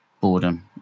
boredom